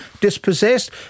dispossessed